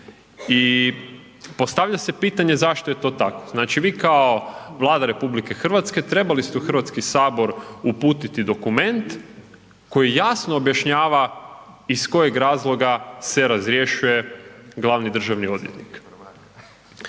i postavlja se pitanje zašto je to tako. Znači, vi kao Vlada Republike Hrvatske trebali ste u Hrvatski sabor uputiti dokument koji jasno objašnjenja iz kojeg razloga se razrješuje glavni državni odvjetnik.